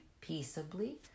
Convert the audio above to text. peaceably